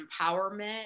empowerment